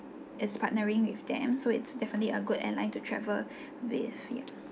is partnering with them so it's definitely a good airline to travel with yeah